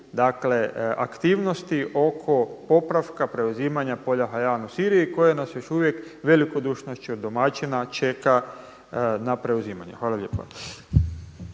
dakle aktivnosti oko popravka, preuzimanja polja Hajan u Siriji koje nas još uvijek velikodušnošću domaćina čeka na preuzimanju. Hvala lijepa.